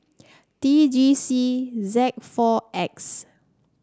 T G C Z four X